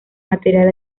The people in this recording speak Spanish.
material